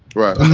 right?